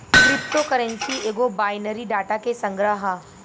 crypto currency एगो binary data के संग्रह ह